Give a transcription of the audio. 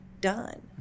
done